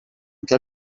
anche